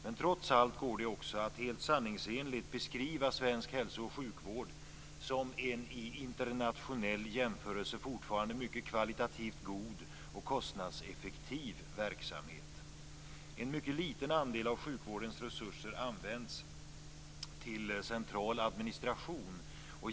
Men trots allt går det också att helt sanningsenligt beskriva svensk hälso och sjukvård som en i internationell jämförelse fortfarande mycket kvalitativt god och kostnadseffektiv verksamhet. En mycket liten andel av sjukvårdens resurser används till central administration.